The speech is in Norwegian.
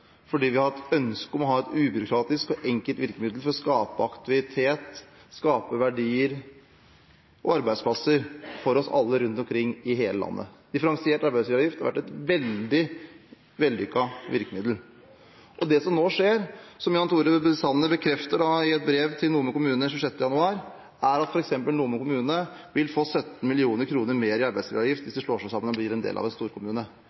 hatt et ønske om å ha et ubyråkratisk og enkelt virkemiddel for å skape aktivitet, skape verdier og arbeidsplasser for oss alle, rundt omkring i hele landet. Differensiert arbeidsgiveravgift har vært et veldig vellykket virkemiddel. Det som nå skjer, som Jan Tore Sanner bekreftet i et brev til Nome kommune 26. januar, er at f.eks. Nome kommune vil få 17 mill. kr mer i arbeidsgiveravgift hvis de slår seg sammen og blir en del av en